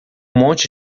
monte